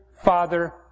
father